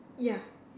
ya